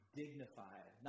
dignified